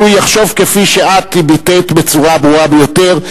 הוא יחשוב כפי שאת ביטאת בצורה הברורה ביותר.